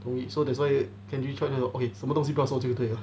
同意 so that's why kenji try to okay 什么东西都不要说就对了